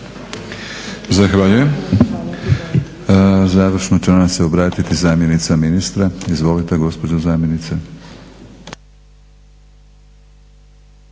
Zahvaljujem. Završno će nam se obratiti zamjenica ministra. Izvolite gospođo zamjenice.